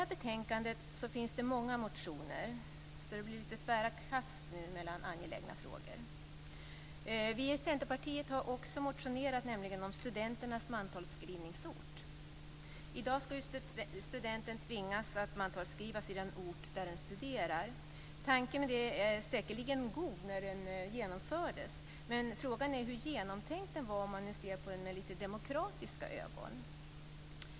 I betänkandet finns många motioner, så det bli lite tvära kast mellan olika angelägna frågor. Vi i Centerpartiet har också motionerat om studenternas mantalsskrivningsort. I dag tvingas studenterna att mantalsskriva sig i den ort där de studerar. Tanken med detta var säkerligen god när det genomfördes, men frågan är hur genomtänkt det var om man nu ser på det med lite demokratiska ögon.